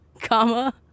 comma